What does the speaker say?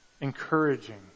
encouraging